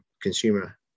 consumer